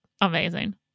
amazing